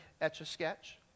etch-a-sketch